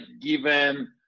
given